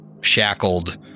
shackled